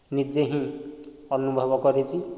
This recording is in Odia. ନିଜେ ହିଁ ଅନୁଭବ କରିଛି